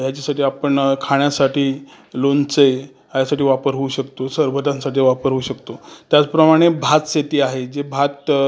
याच्यासाठी आपण खाण्यासाठी लोणचे ह्यासाठी वापर होऊ शकतो सरबतांसाठी वापर होऊ शकतो त्याचप्रमाणे भातशेती आहे जे भात